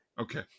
Okay